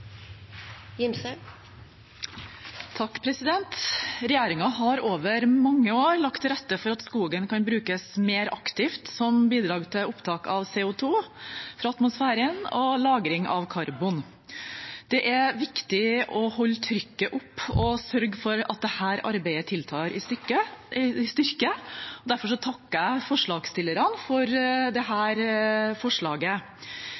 har over mange år lagt til rette for at skogen kan brukes mer aktivt som bidrag til opptak av CO 2 fra atmosfæren og lagring av karbon. Det er viktig å holde trykket oppe og sørge for at dette arbeidet tiltar i styrke. Derfor takker jeg forslagsstillerne for dette forslaget. Vi kan gjøre så mye mer, og det